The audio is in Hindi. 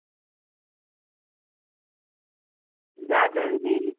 कितना एरिया चाहिए आपको दुकान का एक दुकान बन जाए तो